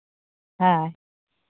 ᱦᱮᱸ